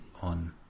on